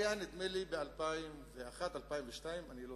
נדמה לי שזה היה ב-2001 או 2002, אני לא